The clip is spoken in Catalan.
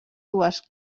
dues